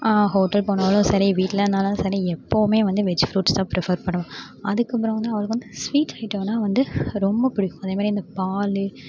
hotel போனாலும் சரி வீட்லன்னாலும் சரி எப்போவுமே வந்து வெஜ் ஃபுரூட்ஸ் தான் பிரிஃபர் பண்ணுவாள் அதுக்கு அப்புறம் வந்து அவளுக்கு வந்து ஸ்வீட் ஐட்டம்ன்னா வந்து ரொம்ப பிடிக்கும் அதே மாதிரி அந்த பால்